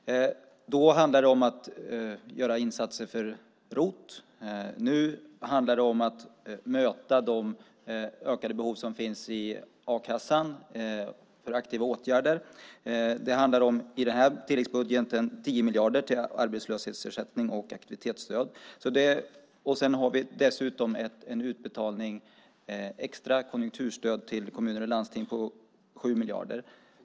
Då handlade det om att göra ROT-insatser. Nu handlar det om att möta de ökade behoven i fråga om a-kassan - det gäller då aktiva åtgärder. I den här tilläggsbudgeten handlar det om 10 miljarder till arbetslöshetsersättning och aktivitetsstöd. Dessutom har vi en utbetalning, ett extra konjunkturstöd till kommuner och landsting, på 7 miljarder.